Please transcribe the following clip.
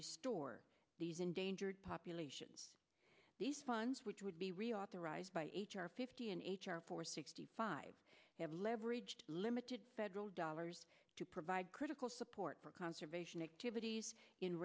resource these endangered populations these funds which would be reauthorized by h r fifty an h r for sixty five have leveraged limited federal dollars to provide critical support for conservation activities in